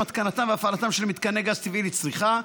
התקנתם והפעלתם של מתקני גז טבעי לצריכה,